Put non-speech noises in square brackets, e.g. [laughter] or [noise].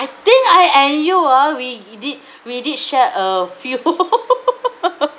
I think I and you ah we [noise] did [breath] we did share a few [laughs]